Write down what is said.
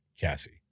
Cassie